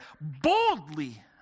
boldly